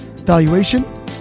valuation